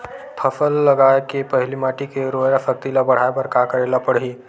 फसल लगाय के पहिली माटी के उरवरा शक्ति ल बढ़ाय बर का करेला पढ़ही?